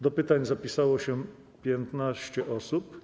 Do pytań zapisało się 15 posłów.